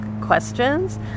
questions